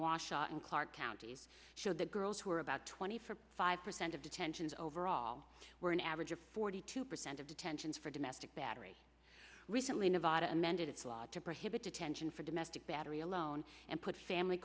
washington clark county showed the girls who are about twenty four five percent of detentions overall were an average of forty two percent of detentions for domestic battery recently nevada amended its law to prohibit detention for domestic battery alone and put family